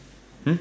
um